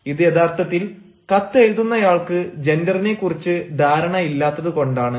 ഇത് യഥാർത്ഥത്തിൽ കത്തെഴുതുന്നയാൾക്ക് ജെൻഡറിനെക്കുറിച്ച് ധാരണ ഇല്ലാത്തതുകൊണ്ടാണ്